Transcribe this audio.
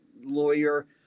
lawyer